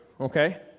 okay